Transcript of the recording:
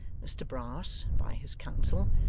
mr brass, by his counsel,